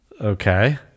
okay